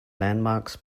landmarks